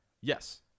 Yes